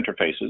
interfaces